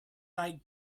like